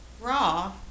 raw